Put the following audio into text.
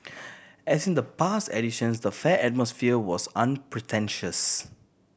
as in the past editions the fair atmosphere was unpretentious